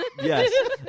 Yes